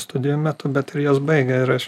studijų metu bet ir jas baigę ir aš